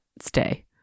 stay